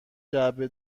جعبه